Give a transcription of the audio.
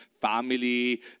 family